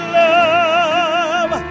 love